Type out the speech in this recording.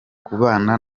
kubana